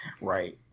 right